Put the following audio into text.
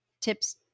tips